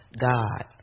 God